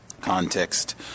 Context